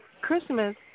Christmas